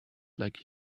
like